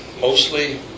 Mostly